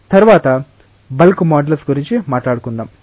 తరువాత bulk modulus గురించి మాట్లాడుకుందాం